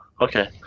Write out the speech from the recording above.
Okay